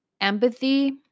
empathy